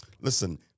Listen